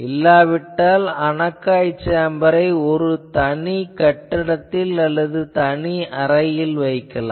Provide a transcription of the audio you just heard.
இல்லாவிட்டால் அனக்காய் சேம்பரை ஒரு தனிக் கட்டிடத்தில் அல்லது தனி அறையில் வைக்கலாம்